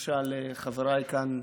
למשל חבריי כאן,